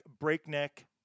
Breakneck